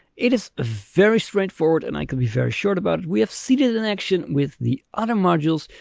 it is very straightforward. and i can be very short about it. we have seen it it in action with the other modules.